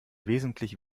wesentlich